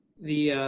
the ah,